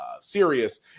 serious